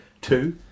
two